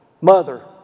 mother